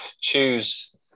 choose